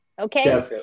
okay